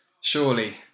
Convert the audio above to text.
Surely